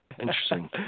Interesting